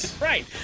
right